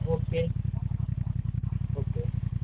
okay okay